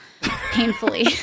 painfully